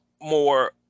more